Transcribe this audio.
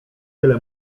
tyle